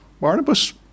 Barnabas